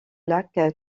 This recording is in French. lac